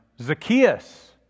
Zacchaeus